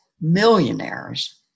millionaires